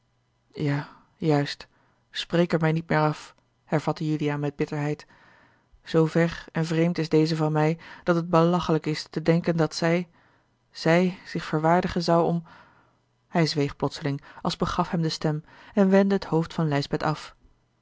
ja juist spreek er mij niet meer af hervatte juliaan met bitterheid zoover en vreemd is deze van mij dat het belachelijk is te denken dat zij zij zich verwaardigen zou om hij zweeg plotseling als begaf hem de stem en wendde het hoofd van lijsbeth af